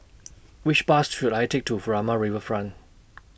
Which Bus should I Take to Furama Riverfront